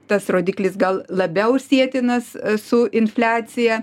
tas rodiklis gal labiau sietinas su infliacija